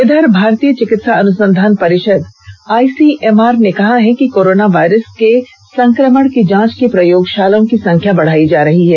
इधर भारतीय चिकित्सा अनुसंधान परिषद आईसीएमआर ने कहा है कि कोरोना वायरस के संक्रमण की जांच की प्रयोगशालाओं की संख्या बढ़ाई जा रही है